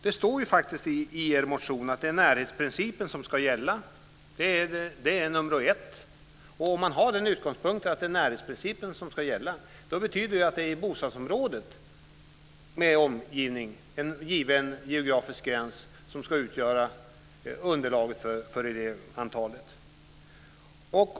Det står i er motion att närhetsprincipen ska gälla som nr 1. Om man har den utgångspunkten betyder det att bostadsområdet med omgivningar, med en given geografisk gräns, ska utgöra underlag.